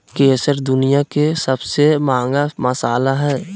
केसर दुनिया के सबसे महंगा मसाला हइ